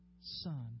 son